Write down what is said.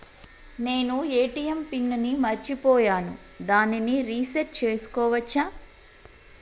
నేను ATM pin ని మరచిపోయాను దాన్ని రీ సెట్ చేసుకోవచ్చా?